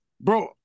Bro